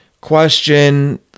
question